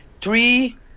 three